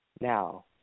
Now